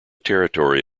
territory